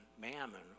mammon